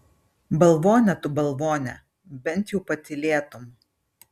balvone tu balvone bent jau patylėtum